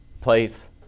place